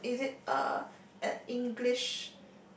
is it uh an English